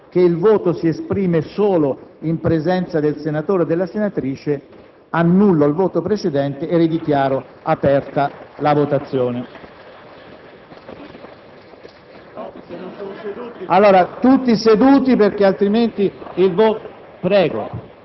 possa avvenire solo in presenza del senatore o della senatrice in Aula. Questo non è un luogo di passaggio dove uno vota e poi va a fare telefonate, va alla *buvette* o anche a svolgere altri compiti. Per questi motivi,